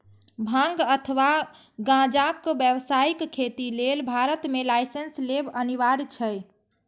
भांग अथवा गांजाक व्यावसायिक खेती लेल भारत मे लाइसेंस लेब अनिवार्य छै